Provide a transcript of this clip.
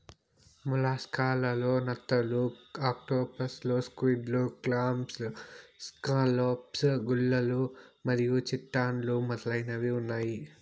mollusc లలో నత్తలు, ఆక్టోపస్లు, స్క్విడ్, క్లామ్స్, స్కాలోప్స్, గుల్లలు మరియు చిటాన్లు మొదలైనవి ఉన్నాయి